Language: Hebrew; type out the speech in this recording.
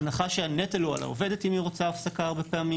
ההנחה היא שהנטל הוא על העובדת אם היא רוצה הפסקה הרבה פעמים.